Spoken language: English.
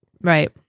Right